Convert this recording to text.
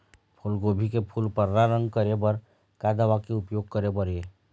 फूलगोभी के फूल पर्रा रंग करे बर का दवा के उपयोग करे बर ये?